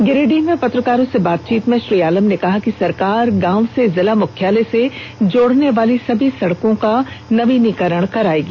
गिरिडीह में पत्रकारों से बातचीत में श्री आलम ने कहा कि सरकार गांव से जिला मुख्यालय से जोड़ने वाली सभी सड़कों का नवीनीकरण करायेगी